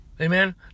Amen